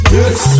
yes